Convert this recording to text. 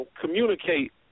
communicate